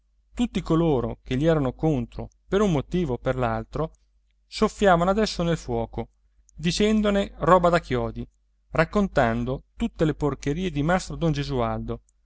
tutti coloro che gli erano contro per un motivo o per l'altro soffiavano adesso nel fuoco dicendone roba da chiodi raccontando tutte le porcherie di mastrodon gesualdo